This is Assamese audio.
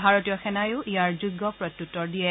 ভাৰতীয় সেনায়ো ইয়াৰ যোগ্য প্ৰত্যুত্বৰ দিয়ে